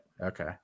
Okay